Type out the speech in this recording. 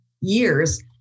years